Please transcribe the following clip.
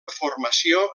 formació